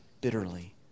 bitterly